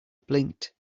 blinked